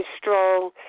strong